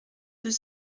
deux